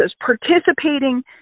participating